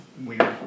weird